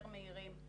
יותר מהירים.